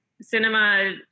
cinema